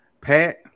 Pat